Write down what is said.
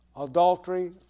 adultery